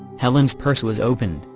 helen's purse was opened,